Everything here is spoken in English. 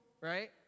right